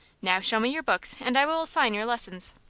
now show me your books, and i will assign your lessons.